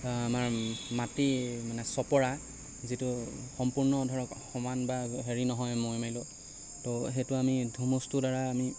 আমাৰ মাটি মানে চপৰা যিটো সম্পূৰ্ণ ধৰক সমান বা হেৰি নহয় মৈ মাৰিলেও তো সেইটো আমি ধুমুচটোৰ দ্বাৰা আমি